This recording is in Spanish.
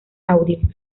audio